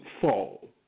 fall